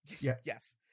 Yes